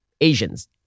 Asians